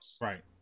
Right